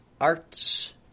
arts